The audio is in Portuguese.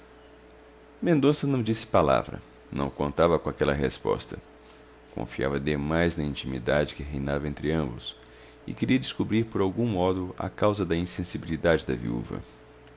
mendonça não disse palavra não contava com aquela resposta confiava demais na intimidade que reinava entre ambos e queria descobrir por algum modo a causa da insensibilidade da viúva